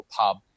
pub